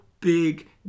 big